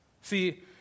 See